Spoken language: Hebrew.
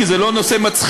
כי זה לא נושא מצחיק,